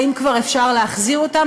האם כבר אפשר להחזיר אותם,